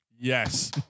yes